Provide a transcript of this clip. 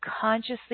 consciously